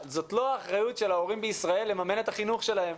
זאת לא האחריות של ההורים בישראל לממן את החינוך של הילדים שלהם.